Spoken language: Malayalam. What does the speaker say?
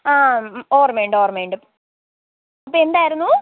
ആ ഓർമ്മയുണ്ടോർമ്മയുണ്ട് ഇപ്പം എന്തായിരുന്നു